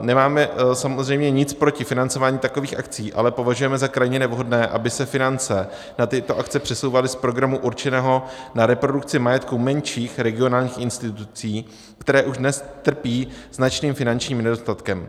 Nemáme samozřejmě nic proti financování takových akcí, ale považujeme za krajně nevhodné, aby se finance na tyto akce přesouvaly z programu určeného na reprodukci majetku menších regionálních institucí, které už dnes trpí značným finančním nedostatkem.